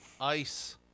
Ice